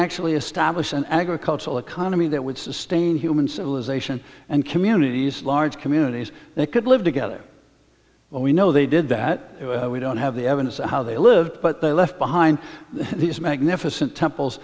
actually establish an agricultural economy that would sustain human civilization and communities large communities they could live together we know they did that we don't have the evidence of how they lived but they left behind these magnificent temples